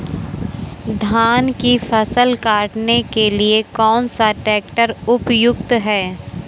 धान की फसल काटने के लिए कौन सा ट्रैक्टर उपयुक्त है?